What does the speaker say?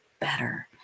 better